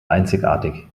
einzigartig